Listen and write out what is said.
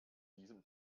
diesem